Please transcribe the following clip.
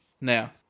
Now